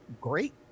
great